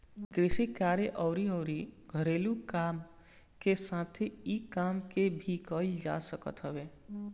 कृषि कार्य अउरी अउरी घरेलू काम के साथे साथे इ काम के कईल जा सकत हवे